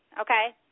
Okay